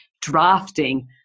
drafting